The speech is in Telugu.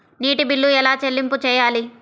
నీటి బిల్లు ఎలా చెల్లింపు చేయాలి?